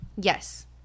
yes